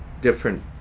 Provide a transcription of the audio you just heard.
different